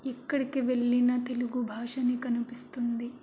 ఎక్కడికి వెళ్ళిన తెలుగు భాషని కనిపిస్తుంది